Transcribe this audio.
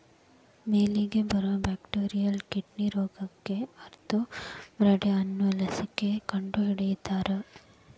ಮೇನಿಗೆ ಬರು bacterial kidney ರೋಗಕ್ಕ ಆರ್ತೋಬ್ಯಾಕ್ಟರ್ ಅನ್ನು ಲಸಿಕೆ ಕಂಡಹಿಡದಾರ